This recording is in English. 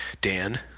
Dan